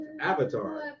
Avatar